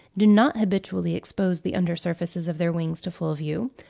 do not habitually expose the under surface of their wings to full view,